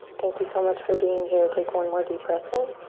thank you so much for being here. take one more deep breath in.